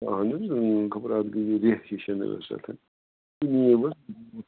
ہے اَہَن حظ خبر اَتھ گٔے رہ ہِش ہَن ٲسۍ اَتھ کھسان